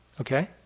okay